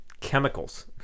chemicals